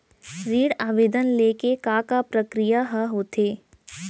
ऋण आवेदन ले के का का प्रक्रिया ह होथे?